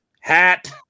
hat